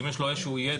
אם יש לו איזשהו ידע,